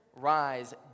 rise